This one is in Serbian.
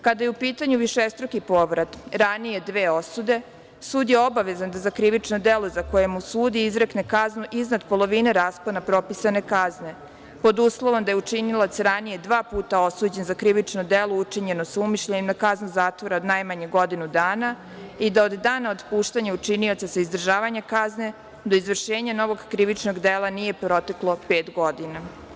Kada je u pitanju višestruki povrat, ranije dve osude, sud je obavezan da za krivično delo za koje mu sudi izrekne kaznu iznad polovine raspona propisane kazne pod uslovom da je učinilac ranije dva puta osuđen za krivično delo učinjeno sa umišljajem na kaznu zatvora od najmanje godinu dana i da od dana otpuštanja učinioca za izdržavanja kazne do izvršenja novog krivičnog dela nije proteklo pet godina.